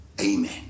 Amen